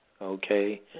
Okay